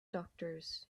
doctors